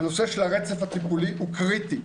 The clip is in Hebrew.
הנושא של הרצף הטיפולי הוא קריטי,